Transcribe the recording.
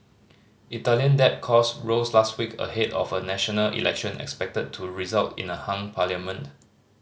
Italian debt cost rose last week ahead of a national election expected to result in a hung parliament